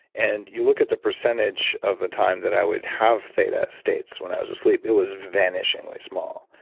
and you look at the percentage of the time that i would have theta states when i was asleep, it was vanishingly small.